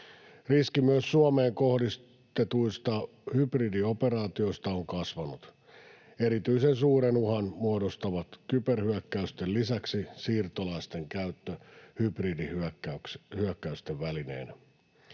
Riski myös Suomeen kohdistetuista hybridioperaatioista on kasvanut. Erityisen suuren uhan muodostavat kyberhyökkäysten lisäksi siirtolaisten käyttö hybridihyökkäysten välineenä.